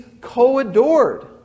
co-adored